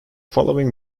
following